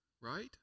right